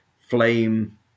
flame